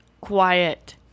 quiet